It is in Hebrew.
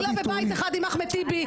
אני לא בבית אחד עם אחמד טיבי,